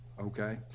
okay